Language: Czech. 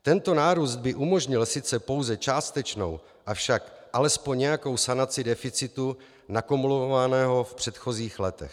Tento nárůst by umožnil sice pouze částečnou, avšak alespoň nějakou sanaci deficitu nakumulovaného v předchozích letech.